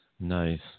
Nice